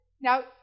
Now